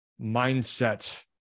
mindset